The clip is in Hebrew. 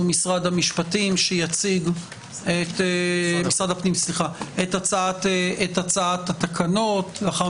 שהוא משרד הפנים שיציג את הצעת התקנות; לאחר